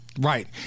Right